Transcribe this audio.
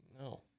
No